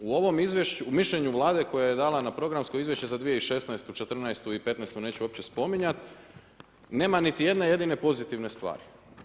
U ovom izvješću, u mišljenju Vlade, koja je dala na programsko izvješće za 2016., 2014. i 2015. neću uopće spominjati, nema niti jedne jedine pozitivne stvari.